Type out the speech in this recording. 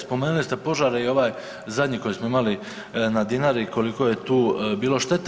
Spomenuli ste požare i ovaj zadnji koji smo imali na Dinari koliko je tu bilo štete.